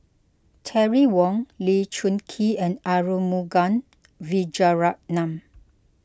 Terry Wong Lee Choon Kee and Arumugam Vijiaratnam